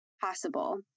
possible